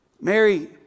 Mary